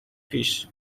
پیش